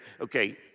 Okay